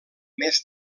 més